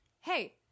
hey